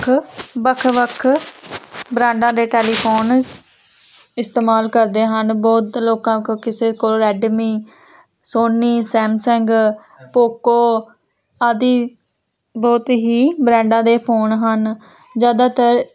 ਖ ਵੱਖ ਵੱਖ ਬਰਾਂਡਾ ਦੇ ਟੈਲੀਫੋਨ ਇਸਤੇਮਾਲ ਕਰਦੇ ਹਨ ਬਹੁਤ ਲੋਕਾਂ ਕੋਲ ਕਿਸੇ ਕੋਲ ਰੈਡਮੀ ਸੋਨੀ ਸੈਮਸੰਗ ਪੋਕੋ ਆਦਿ ਬਹੁਤ ਹੀ ਬ੍ਰਾਂਡਾਂ ਦੇ ਫੋਨ ਹਨ ਜ਼ਿਆਦਾਤਰ